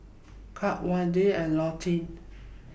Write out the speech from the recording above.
Curt Wayde and Leontine